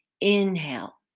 Inhale